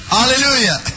Hallelujah